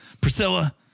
Priscilla